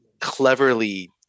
cleverly